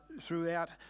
throughout